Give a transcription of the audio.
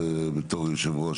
בתור יושב ראש,